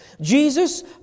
Jesus